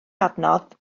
adnodd